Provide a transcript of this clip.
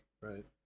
Right